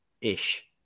Ish